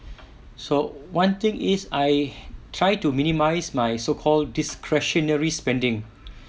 so one thing is I try to minimise my so called discretionary spending